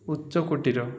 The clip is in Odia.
ଉଚ୍ଚକୋଟୀର